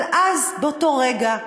אבל אז, באותו רגע,